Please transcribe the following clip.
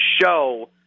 show